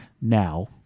now